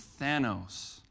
Thanos